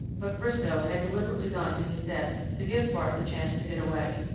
but briscoe had deliberately gone to his death, to give bart the chance to get away.